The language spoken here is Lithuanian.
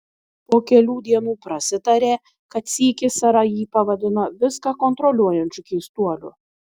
po kelių dienų prasitarė kad sykį sara jį pavadino viską kontroliuojančiu keistuoliu